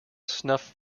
snuff